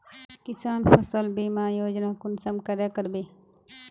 किसान फसल बीमा योजना कुंसम करे करबे?